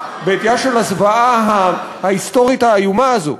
בעטייה של הזוועה ההיסטורית האיומה הזאת.